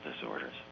disorders